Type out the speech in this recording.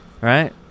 right